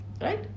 right